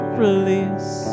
release